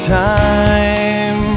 time